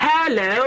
Hello